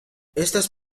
estas